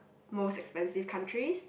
most expensive countries